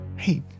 Hey